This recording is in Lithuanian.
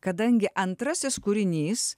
kadangi antrasis kūrinys